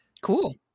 Cool